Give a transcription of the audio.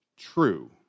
true